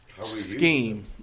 scheme